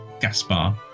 Gaspar